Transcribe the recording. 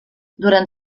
durant